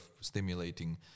stimulating